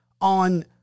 on